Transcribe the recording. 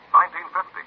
1950